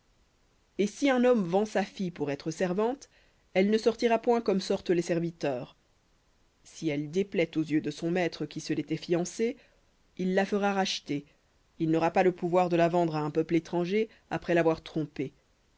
et si un homme vend sa fille pour être servante elle ne sortira point comme sortent les serviteurs si elle déplaît aux yeux de son maître qui se l'était fiancée il la fera racheter il n'aura pas le pouvoir de la vendre à un peuple étranger après l'avoir trompée